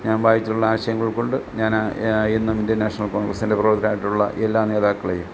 ഞാൻ വായിച്ചിട്ടുള്ള ആശയങ്ങൾ ഉൾക്കൊണ്ട് ഞാൻ എന്നും ഇന്ത്യൻ നാഷണൽ കോൺഗ്രസ്സിന്റെ പ്രവർത്തകരായിട്ടുള്ള എല്ലാ നേതാക്കളെയും